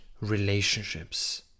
relationships